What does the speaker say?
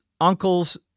uncle's